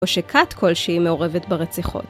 או שכת כלשהי מעורבת ברציחות